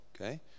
okay